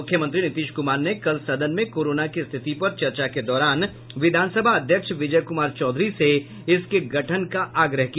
मुख्यमंत्री नीतीश कुमार ने कल सदन में कोरोना की स्थिति पर चर्चा के दौरान विधानसभा अध्यक्ष विजय कुमार चौधरी से इसके गठन का आग्रह किया